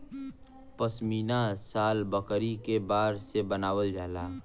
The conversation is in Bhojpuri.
पश्मीना शाल बकरी के बार से बनावल जाला